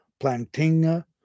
Plantinga